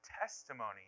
testimony